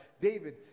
David